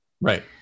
Right